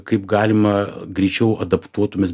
kaip galima greičiau adaptuotumės